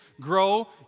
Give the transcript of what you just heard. grow